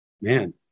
man –